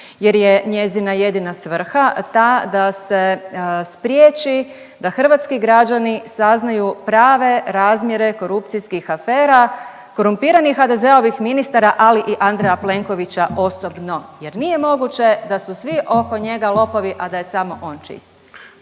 jer je njezina jedina svrha ta da se spriječi da hrvatski građani saznaju prave razmjere korupcijskih afera korumpiranih HDZ-ovih ministara, ali i Andreja Plenkovića osobno jer nije moguće da su svi oko njega lopovi, a da je samo on čist.